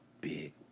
big